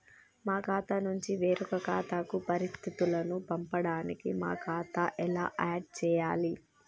మా ఖాతా నుంచి వేరొక ఖాతాకు పరిస్థితులను పంపడానికి మా ఖాతా ఎలా ఆడ్ చేయాలి?